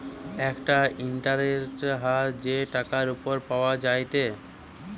একটা ইন্টারেস্টের হার যেটা টাকার উপর পাওয়া যায়টে